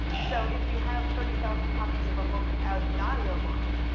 so if you have thirty thousand copies of a book out in audiobook,